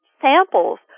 samples